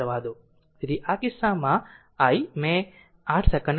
તેથી આ કિસ્સામાં I મેં 8 સેકન્ડ કહ્યું